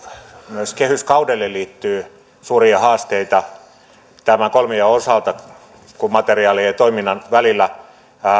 myös kehyskaudelle liittyy suuria haasteita tämän kolmion osalta kun materiaalien ja toiminnan välillä